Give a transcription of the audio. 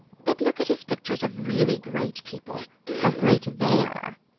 but look at his pictures of really great people how great they are!